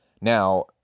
Now